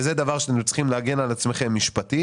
וזה דבר שאתם צריכים להגן על עצמכם משפטית.